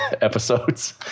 episodes